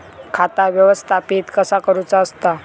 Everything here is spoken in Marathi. खाता व्यवस्थापित कसा करुचा असता?